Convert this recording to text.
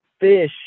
fish